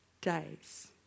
days